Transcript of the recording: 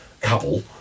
couple